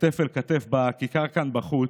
כתף אל כתף בכיכר כאן בחוץ,